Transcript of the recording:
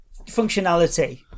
functionality